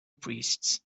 priests